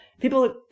People